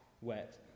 wet